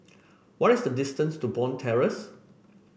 what is the distance to Bond Terrace